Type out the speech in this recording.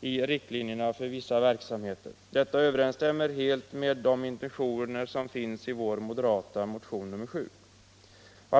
det gäller riktlinjerna för vissa verksamheter. Detta överensstämmer helt med de intentioner som finns i vår motion nr 7.